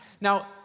Now